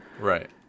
Right